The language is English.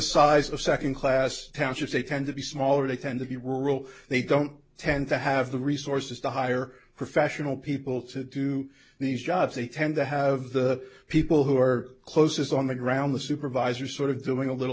size of second class township they tend to be smaller they tend to be rural they don't tend to have the resources to hire professional people to do these jobs they tend to have the people who are closest on the ground the supervisor sort of doing a little